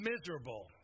miserable